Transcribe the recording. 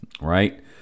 right